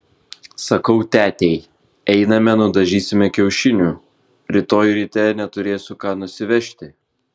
sakau tetei einame nudažysime kiaušinių rytoj ryte neturėsiu ką nusivežti